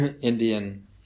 Indian